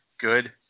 Good